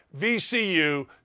VCU